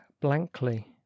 blankly